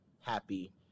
happy